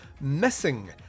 Missing